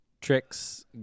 tricks